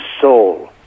soul